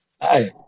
hi